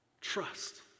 trust